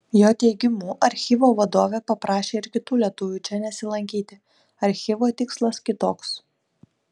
jo teigimu archyvo vadovė paprašė ir kitų lietuvių čia nesilankyti archyvo tikslas kitoks